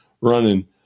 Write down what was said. running